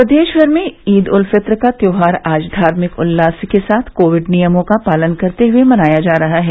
प्रदेश भर में ईद उल फित्र का त्यौहार आज धार्मिक उल्लास के साथ कोविड नियमों का पालन करते हए मनाया जा रहा है